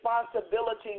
responsibility